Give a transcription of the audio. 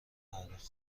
پرداخت